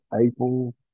April